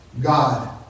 God